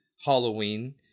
Halloween